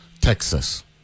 Texas